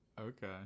okay